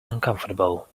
uncomfortable